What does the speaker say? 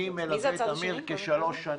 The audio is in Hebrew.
אני מלווה את אמיר כשלוש שנים,